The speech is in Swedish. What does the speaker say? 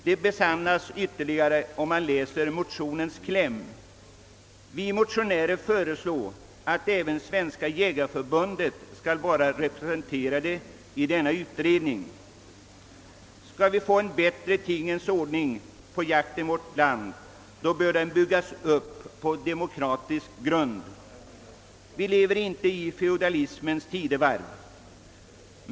Den saken besannas ytterligare, när man läser motionens kläm, Vi motionärer föreslår där att även Svenska jägareförbundet skall vara representerat i utredningen. Om vi skall få en bättre tingens ordning när det gäller jakten i vårt land, bör den byggas upp på demokratisk grund. Vi lever inte i feodalismens tidevarv.